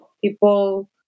people